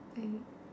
and